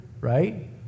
Right